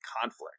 conflict